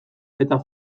eta